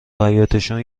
حیاطشون